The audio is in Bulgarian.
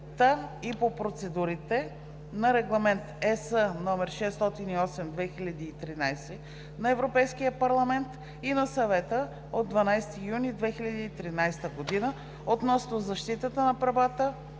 и по процедурите на Регламент (ЕС) № 608/2013 на Европейския парламент и на Съвета от 12 юни 2013 г. относно защитата на правата